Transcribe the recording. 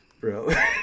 bro